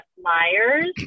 Myers